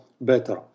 better